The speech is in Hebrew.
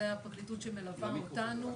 זו הפרקליטות שמלווה אותנו.